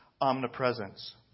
omnipresence